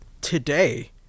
today